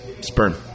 sperm